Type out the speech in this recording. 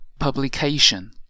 Publication